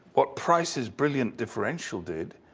what price's brilliant differential did.